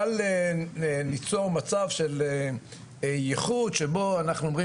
בא ליצור מצב של ייחוד שבו אנחנו אומרים